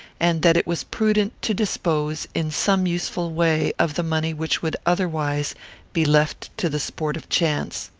and that it was prudent to dispose, in some useful way, of the money which would otherwise be left to the sport of chance.